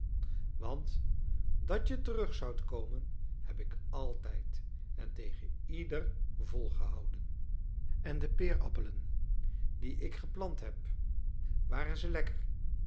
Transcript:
want dat je terug zoudt komen heb ik altijd en tegen ieder volgehouden en de peerappelen die ik geplant heb waren ze lekker